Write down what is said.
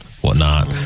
whatnot